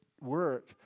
work